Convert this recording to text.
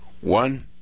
One